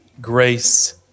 grace